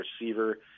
receiver